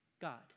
God